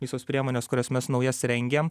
visos priemonės kurias mes naujas rengiam